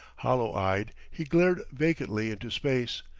hollow-eyed he glared vacantly into space,